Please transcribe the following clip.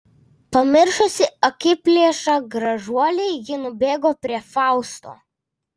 pamiršusi akiplėšą gražuolį ji nubėgo prie fausto